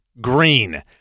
green